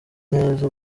neza